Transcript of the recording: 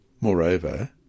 Moreover